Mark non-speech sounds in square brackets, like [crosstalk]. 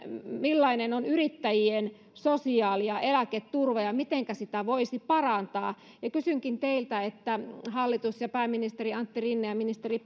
millainen on yrittäjien sosiaali ja eläketurva ja mitenkä sitä voisi parantaa kysynkin teiltä hallitus pääministeri antti rinne ja ministeri [unintelligible]